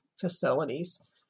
facilities